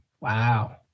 Wow